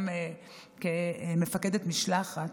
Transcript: גם כמפקדת משלחת.